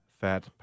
Fat